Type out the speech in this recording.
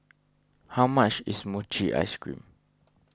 how much is Mochi Ice Cream